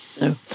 No